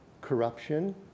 Corruption